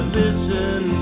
listen